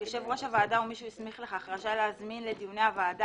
(ג) יושב ראש הוועדה או מי שהסמיך לכך רשאי להזמין לדיוני הוועדה